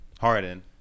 Harden